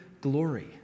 glory